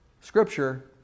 Scripture